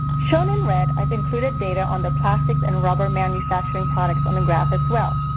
shown in red, i've included data on the plastics and rubber manufacturing products on the graph as well.